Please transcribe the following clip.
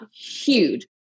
huge